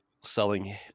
selling